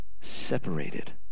separated